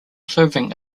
serving